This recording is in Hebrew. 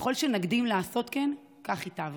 ככל שנקדים לעשות כן, כך ייטב.